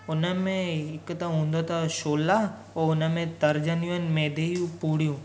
उन में हिकु त हूंदो अथव छोला पोइ हुन में तरजंदियूं आहिनि मैदे जूं पूरियूं